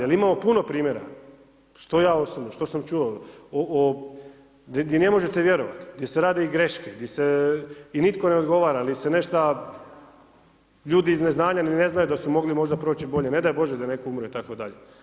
Jer imamo puno primjera, što ja osobno, što sam čuo, gdje ne možete vjerovati, gdje se rade greške i nitko ne odgovara, ali se nešto ljudi iz neznanja, ni ne znaju da su mogli proći bolje, ne daj Bože da netko umre itd.